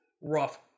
Rough